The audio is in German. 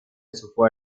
zuvor